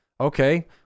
okay